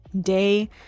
day